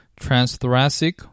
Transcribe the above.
transthoracic